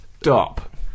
Stop